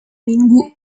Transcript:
minggu